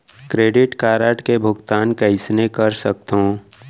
Credit card के भुगतान कइसने कर सकथो?